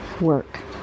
work